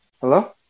Hello